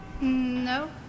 No